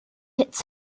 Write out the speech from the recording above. its